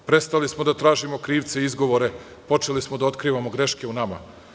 Prestali smo da tražimo krivce i izgovore, a počeli smo da otkrivamo greške u nama.